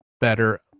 better